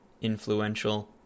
influential